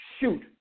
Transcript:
shoot